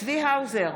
צבי האוזר,